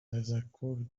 تذکر